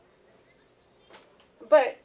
but